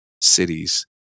cities